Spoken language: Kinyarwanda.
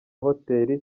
hotel